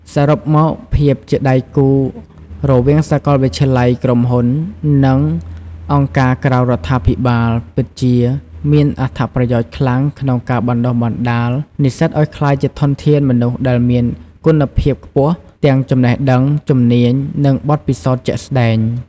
សរុបមក ភាពជាដៃគូរវាងសាកលវិទ្យាល័យ ក្រុមហ៊ុន និងអង្គការក្រៅរដ្ឋាភិបាលពិតជាមានអត្ថប្រយោជន៍ខ្លាំងក្នុងការបណ្ដុះបណ្ដាលនិស្សិតឲ្យក្លាយជាធនធានមនុស្សដែលមានគុណភាពខ្ពស់ ទាំងចំណេះដឹង ជំនាញ និងបទពិសោធន៍ជាក់ស្ដែង។